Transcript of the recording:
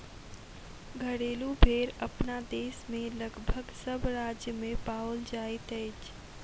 घरेलू भेंड़ अपना देश मे लगभग सभ राज्य मे पाओल जाइत अछि